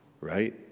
Right